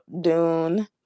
Dune